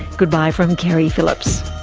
goodbye from keri phillips